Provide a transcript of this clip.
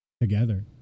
together